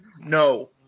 No